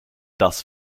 das